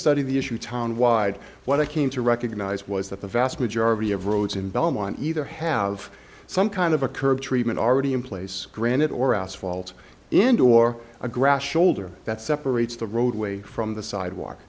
study the issue town wide what i came to recognize was that the vast majority of roads in belmont either have some kind of a curb treatment already in place granite or asphalt and or a grass shoulder that separates the roadway from the sidewalk